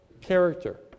character